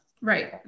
Right